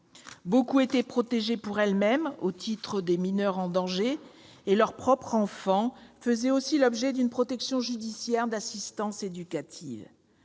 Beaucoup étaient protégées pour elles-mêmes en tant que mineures en danger et leur propre enfant faisait aussi l'objet d'une protection judiciaire d'assistance éducative.